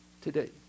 today